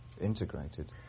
integrated